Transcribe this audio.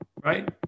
Right